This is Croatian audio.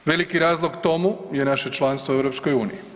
Veliki razlog tomu je naše članstvo u EU.